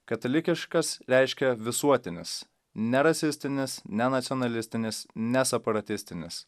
katalikiškas reiškia visuotinis nerasistinis nenacionalistinis neseparatistinis